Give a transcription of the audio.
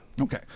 Okay